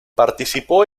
participó